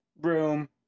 room